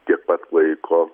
tiek pat laiko